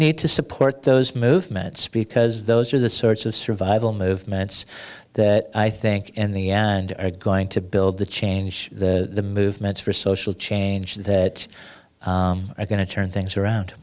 need to support those movement speak because those are the sorts of survival movements that i think in the end are going to build to change the movements for social change that are going to turn things around